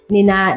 Nina